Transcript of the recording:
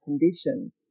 condition